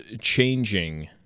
changing